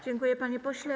Dziękuję, panie pośle.